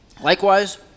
likewise